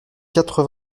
quatre